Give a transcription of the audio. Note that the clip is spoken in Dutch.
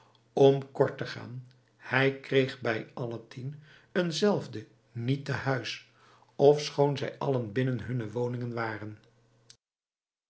om kort te gaan hij kreeg bij alle tien een zelfde niet te huis ofschoon zij allen binnen hunne woningen waren